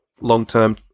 long-term